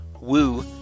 woo